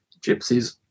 gypsies